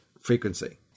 frequency